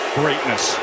greatness